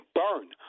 burn